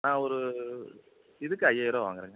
நான் ஒரு இதுக்கு ஐயாயிரம் ரூபா வாங்கிறேங்க